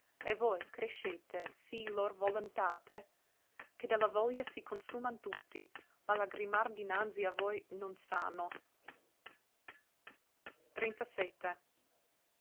e voi crescete sì lor volontate che de la voglia si consuman tutti ma lagrimar dinanzi a voi non sanno